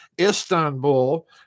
Istanbul